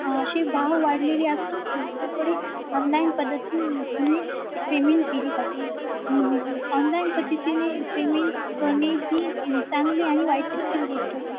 असे भाव वाढलेले असून दुसरीकडे ऑनलाईन पद्धतीने पेमेंट केली जाते ऑनलाईन पद्धतीने पेमेंट करणे ही चांगली आणि वाईट तितकीच गोष्ट आहे